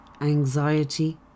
anxiety